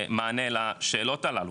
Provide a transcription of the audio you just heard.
מענה לשאלות הללו.